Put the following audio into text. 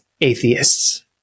atheists